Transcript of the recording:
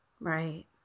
right